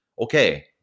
okay